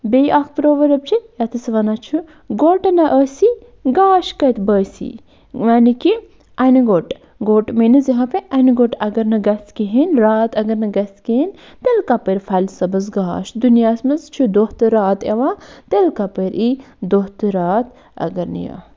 بیٚیہِ اکھ پروؤرٕب چھُ یَتھ أسۍ وَنان چھُ گوٚٹ نہ آسہِ گاش کَتہِ بٲسی یعنی کہِ اَنہِ گوٚٹ گوٚٹ میٖنٕز یہاں پے اَنہِ گوٚٹ اَگر نہٕ گژھِ کِہیٖنۍ راتھ اَگر نہٕ گژھِ کِہیٖنۍ تیٚلہِ کَپٲرۍ پھلہِ صبُحس گاش دُنیاہَس منٛز چھُ دۄہ تہٕ راتھ یِوان تیٚلہِ کَپٲری یی دۄہ تہٕ راتھ اَگر نہٕ یہِ